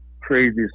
crazy